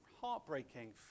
heartbreaking